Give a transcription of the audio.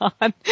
on